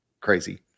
Crazy